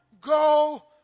go